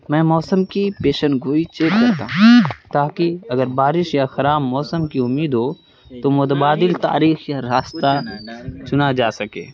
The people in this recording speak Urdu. میں موسم کی پیشن گوئی چیک کرتا ہوں تاکہ اگر بارش یا خراب موسم کی امید ہو تو متبادل تاریخ یا راستہ چنا جا سکے